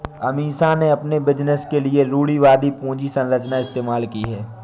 अमीषा ने अपने बिजनेस के लिए रूढ़िवादी पूंजी संरचना इस्तेमाल की है